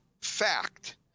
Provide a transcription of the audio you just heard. fact